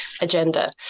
agenda